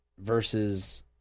versus